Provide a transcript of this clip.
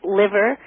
liver